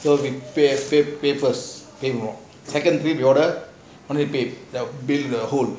so we paint paint paint first pay for all second wave order help me paint paint the whole